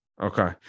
okay